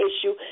issue